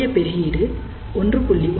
வளைய பெருக்கீடு 1